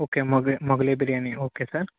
okay మొగ్ Mughlai biryani okay sir